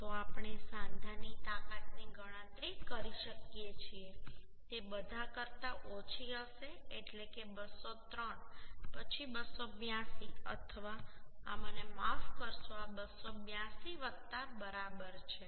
તો આપણે સાંધાની તાકાતની ગણતરી કરી શકીએ છીએ તે બધા કરતાં ઓછી હશે એટલે કે 203 પછી 282 અથવા આ મને માફ કરશો આ 282 બરાબર છે